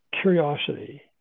curiosity